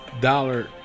dollar